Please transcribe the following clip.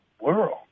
world